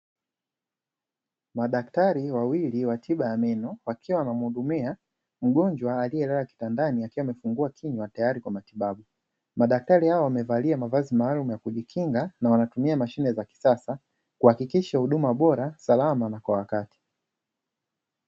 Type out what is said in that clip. Madaktari wawili wa tiba ya meno, wakiwa wanamuhudumia mgonjwa aliyelala kitandani, akiwa amefumbua kinywa tayari kwa matibabu, Madaktari hawa wamevalia mavazi maalumu ya kujikinga, na wanatumia mashine za kisasa, kuhakikisha huduma bora salama na kwa wakati.